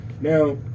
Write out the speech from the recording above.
Now